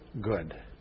good